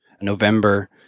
November